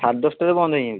ସାଢେ ଦଶଟାରେ ବନ୍ଦ୍ ହେଇଯାଉଛି